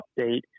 update